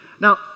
Now